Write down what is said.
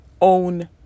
own